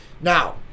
now